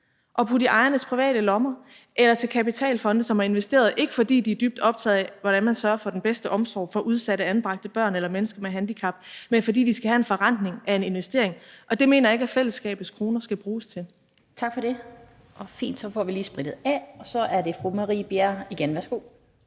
og putte dem i ejernes private lommer eller lade dem gå til kapitalfonde, som har investeret, ikke fordi de er dybt optaget af, hvordan man sørger for den bedste omsorg for udsatte anbragte børn eller mennesker med handicap, men fordi de skal have en forrentning af en investering, og det mener jeg ikke at fællesskabets kroner skal bruges til. Kl. 15:57 Den fg. formand (Annette Lind): Tak for det. Vi får lige sprittet af. Og så er det fru Marie Bjerre igen. Værsgo.